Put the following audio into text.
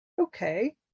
okay